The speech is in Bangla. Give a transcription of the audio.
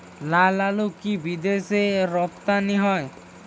লালআলু কি বিদেশে রপ্তানি হয়?